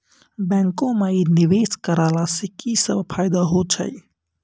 बैंको माई निवेश कराला से की सब फ़ायदा हो छै?